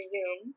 Zoom